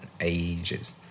ages